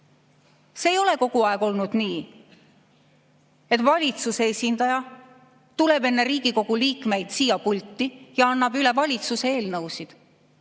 Ei ole kogu aeg olnud nii, et valitsuse esindaja tuleb enne Riigikogu liikmeid siia pulti ja annab üle valitsuse eelnõud.